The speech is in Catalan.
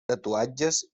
tatuatges